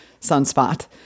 sunspot